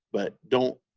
but, don't